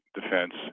defense